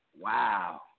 Wow